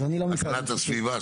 הגנת הסביבה,